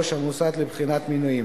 הנני מתכבד להביא לפני הכנסת לקריאה שנייה